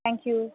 thank you